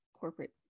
corporate